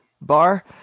bar